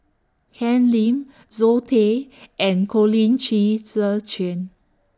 Ken Lim Zoe Tay and Colin Qi Zhe Quan